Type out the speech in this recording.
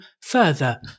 further